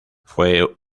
fue